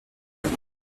chile